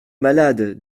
malade